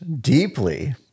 deeply